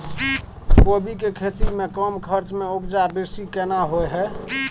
कोबी के खेती में कम खर्च में उपजा बेसी केना होय है?